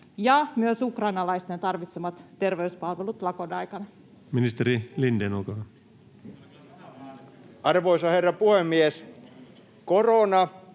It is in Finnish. ja myös ukrainalaisten tarvitsemat terveyspalvelut lakon aikana? Ministeri Lindén, olkaa hyvä. Arvoisa herra puhemies! Korona,